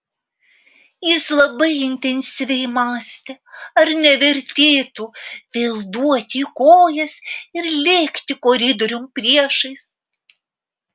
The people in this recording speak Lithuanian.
jis labai intensyviai mąstė ar nevertėtų vėl duoti į kojas ir lėkti koridoriun priešais